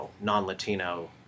non-Latino